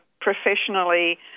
professionally